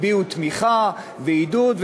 הביעו תמיכה ועידוד,